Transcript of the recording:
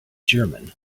german